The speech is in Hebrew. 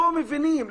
לא מבינים,